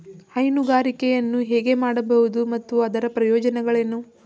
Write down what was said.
ಹೈನುಗಾರಿಕೆಯನ್ನು ಹೇಗೆ ಮಾಡಬಹುದು ಮತ್ತು ಅದರ ಪ್ರಯೋಜನಗಳೇನು?